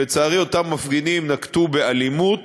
לצערי, אותם מפגינים נקטו אלימות